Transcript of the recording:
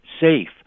safe